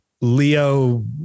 Leo